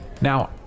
Now